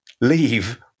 leave